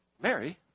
Mary